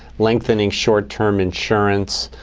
lengthening short-term insurance,